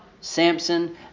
Samson